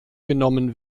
genommen